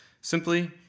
simply